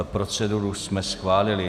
Proceduru jsme schválili.